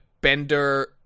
Bender